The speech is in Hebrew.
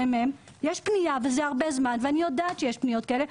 המ.מ.מ מתעכבת ואני יודעת שיש פניות כאלה,